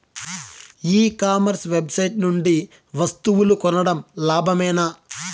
E commerce website నుండి వస్తువులు కొనడం లాభమేనా?